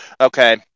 okay